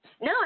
No